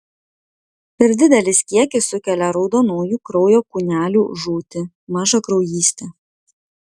per didelis kiekis sukelia raudonųjų kraujo kūnelių žūtį mažakraujystę